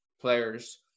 players